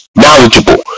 knowledgeable